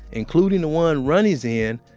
including the one ronnie's in,